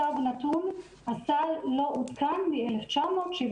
מצב נתון, הסל לא עודכן מ-1975.